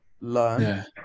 learn